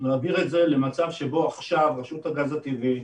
להעביר את זה למצב שבו עכשיו רשות הגז הטבעי,